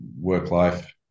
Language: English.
work-life